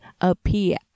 appear